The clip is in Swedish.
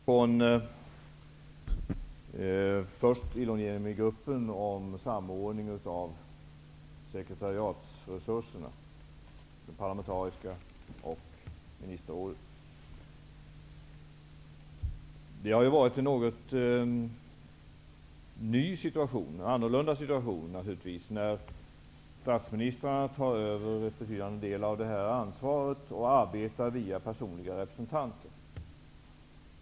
Herr talman! Jag vill kommentera en sak som inte varit uppe i den tidigare diskussionen, något som Elver Jonsson nämner, och det är förslaget från Det har inneburit en ny och annorlunda situation att statsministrarna tagit över en betydande del av ansvaret och arbetat via personliga representanter.